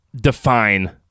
define